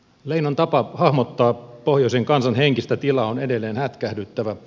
leinon tapa hahmottaa pohjoisen kansan henkistä tilaa on edelleen hätkähdyttävä